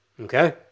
okay